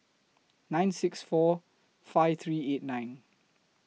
nine six seven four five three eight nine